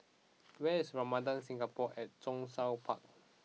where is Ramada Singapore at Zhongshan Park